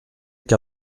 qu’à